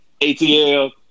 ATL